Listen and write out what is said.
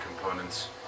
components